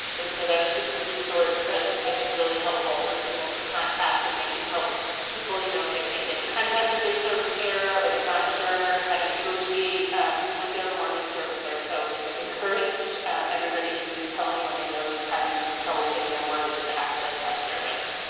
and so that's just a resource that's i think really helpful for people to contact, and they can help people you know if they can't get in contact with their servicer or they are not sure how to negotiate um with their mortgage servicer. so encourage everybody to tell anyone they know who is having trouble paying their mortgage to access that service.